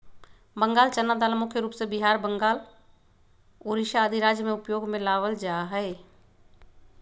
बंगाल चना दाल मुख्य रूप से बिहार, बंगाल, उड़ीसा आदि राज्य में उपयोग में लावल जा हई